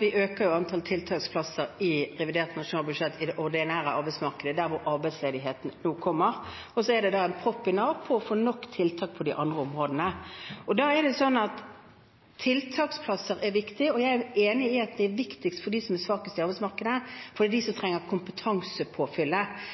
Vi øker antall tiltaksplasser i revidert nasjonalbudsjett i det ordinære arbeidsmarkedet, der arbeidsledigheten nå kommer. Så er det da en propp i Nav når det gjelder å få nok tiltak på de andre områdene, og da er tiltaksplasser viktige. Og jeg er enig i at det er viktigst for dem som er svakest i arbeidsmarkedet, for det er de som trenger kompetansepåfyllet.